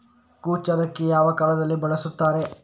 ಕುಚ್ಚಲಕ್ಕಿ ಯಾವ ಕಾಲದಲ್ಲಿ ಬೆಳೆಸುತ್ತಾರೆ?